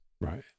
right